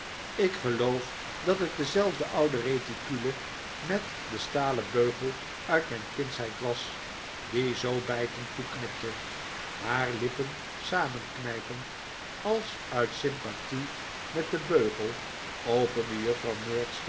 ik geloof dat het dezelfde oude reticule met den stalen beugel uit mijn kindsheid was die zoo bijtend toeknipte haar lippen samenknijpend als uit sympathie met den beugel opende juffrouw